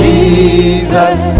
Jesus